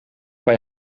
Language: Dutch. bij